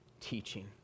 teaching